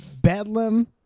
bedlam